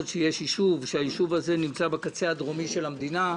שיש יישוב שנמצא בקצה הדרומי של המדינה,